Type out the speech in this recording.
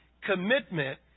Commitment